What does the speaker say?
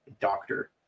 doctor